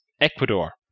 Ecuador